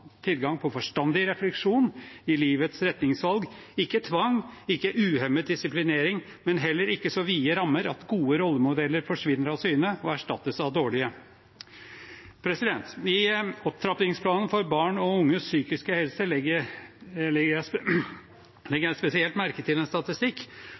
tilgang på forstandig refleksjon i livets retningsvalg, ikke tvang, ikke uhemmet disiplinering, men heller ikke så vide rammer at gode rollemodeller forsvinner av syne og erstattes av dårlige. I opptrappingsplanen for barn og unges psykiske helse legger jeg